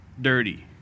dirty